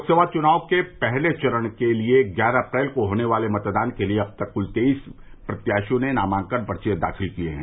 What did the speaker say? लोकसभा चुनाव के पहले चरण के लिए ग्यारह अप्रैल को होने वाले मतदान के लिए अबतक कुल तेईस प्रत्याशियों ने नामांकन पर्चे दाखिल किये हैं